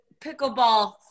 pickleball